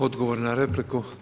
Odgovor na repliku.